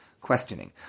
questioning